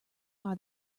are